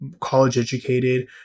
college-educated